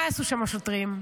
מה יעשו שם השוטרים?